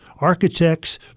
architects